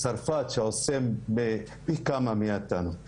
צרפת שעושים פי כמה יותר ניתוחים מאיתנו.